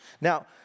Now